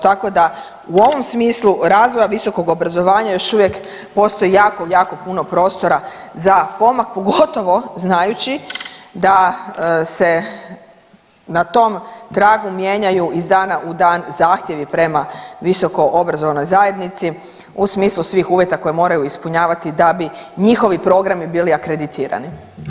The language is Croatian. Tako da u ovom smislu razvoja visokog obrazovanja još uvijek postoji jako, jako puno prostora za pomak, pogotovo znajući da se na tom tragu mijenjaju iz dana u dan zahtjevi prema visokoobrazovnoj zajednici u smislu svih uvjeta koje moraju ispunjavati da bi njihovi programi bili akreditirani.